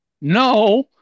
No